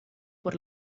por